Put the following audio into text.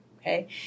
okay